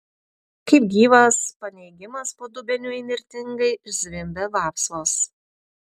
kaip gyvas paneigimas po dubeniu įnirtingai zvimbė vapsvos